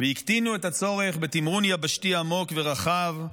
והקטינו את הצורך בתמרון יבשתי עמוק ורחב,